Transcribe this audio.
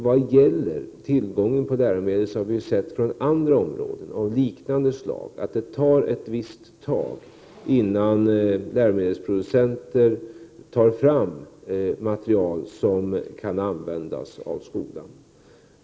Vad gäller tillgången på läromedel har vi sett från andra områden av liknande slag att det tar ett visst tag, innan läromedelsproducenten har tagit fram material som kan användas av skolan.